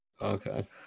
Okay